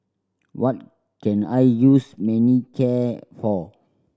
what can I use Manicare for